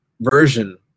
version